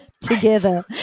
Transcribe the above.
together